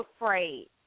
afraid